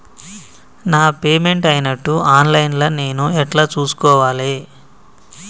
నా పేమెంట్ అయినట్టు online లా నేను ఎట్ల చూస్కోవాలే?